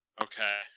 Okay